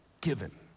given